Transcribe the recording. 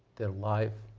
their life,